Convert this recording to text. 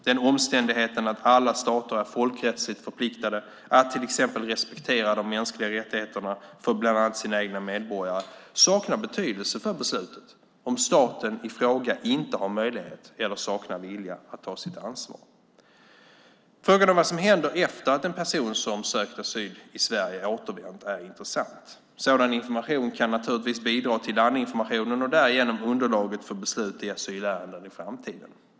Den omständigheten att alla stater är folkrättsligt förpliktade att till exempel respektera de mänskliga rättigheterna för bland annat sina egna medborgare saknar betydelse för beslutet, om staten i fråga inte har möjlighet eller saknar vilja att ta sitt ansvar. Frågan om vad som händer efter att en person som sökt asyl i Sverige återvänt är intressant. Sådan information kan naturligtvis bidra till landinformationen och därigenom underlaget för beslut i asylärenden i framtiden.